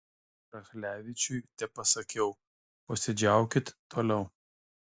rachlevičiui tepasakiau posėdžiaukit toliau